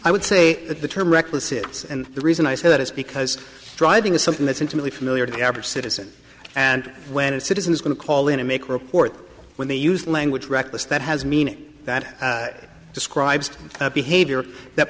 i would say that the term reckless hits and the reason i say that is because driving is something that's intimately familiar to the average citizen and when a citizen is going to call in and make report when they use language reckless that has meaning that describes a behavior that